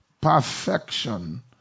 perfection